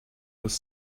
was